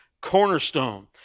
cornerstone